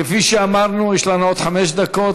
כפי שאמרנו, יש לנו עוד חמש דקות.